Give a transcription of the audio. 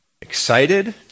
excited